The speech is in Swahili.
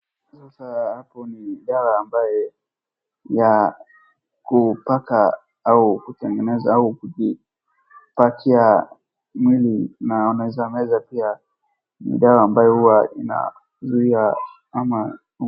Sasa hapo ni dawa ambaye ya kupaka au kutengeneza au kujipakia mwili, na wanaweza meza pia. Ni dawa ambayo huwa inazuia ama.